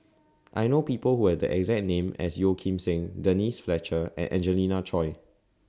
I know People Who Have The exact name as Yeo Kim Seng Denise Fletcher and Angelina Choy